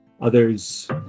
Others